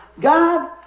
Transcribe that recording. God